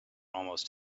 almost